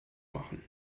machen